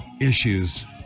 issues